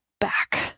back